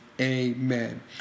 amen